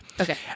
Okay